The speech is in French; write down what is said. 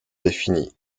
définie